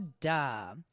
duh